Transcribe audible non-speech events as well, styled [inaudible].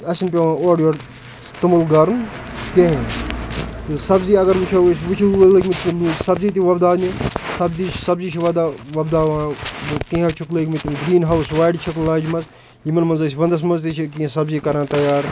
اَسہِ چھِنہٕ پٮ۪وان اورٕ یورٕ توٚمُل گَرُن کیٚنٛہہ سبزی اَگر وٕچھو أسۍ [unintelligible] سبزی تہِ وۄپداونہِ سبزی سبزی چھِ وَدا وۄپداوان کینٛہو چھُکھ لٲگۍمٕتۍ گرٛیٖن ہاوُس وارِ چھَکھ لاجمَژٕ یِمَن منٛز أسۍ وَنٛدَس منٛز تہِ چھِ کیٚنٛہہ سبزی کَران تَیار